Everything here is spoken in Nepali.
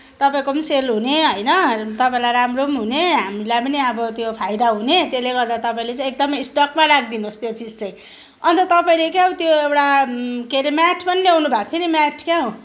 तपाईँको पनि सेल हुने होइन तपाईँलाई राम्रो पनि हुने हामीलाई पनि अब त्यो फाइदा हुने त्यसले गर्दा तपाईँले चाहिँ एकदमै स्टकमा राखिदिनुहोस् त्यो चिज चाहिँ अन्त तपाईँले के त्यो एउटा के अरे म्याट पनि ल्याउनुभएको थियो नि म्याट क्या हो